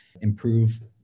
improve